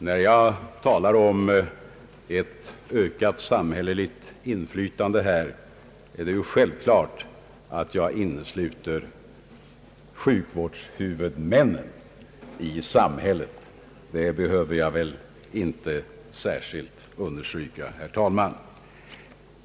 När jag talar om ett ökat samhälleligt inflytande på detta område, är det självklart att jag innesluter sjukvårdshuvudmännen i samhället — det behöver jag väl inte särskilt understryka.